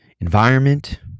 environment